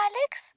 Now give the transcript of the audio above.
Alex